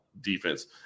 defense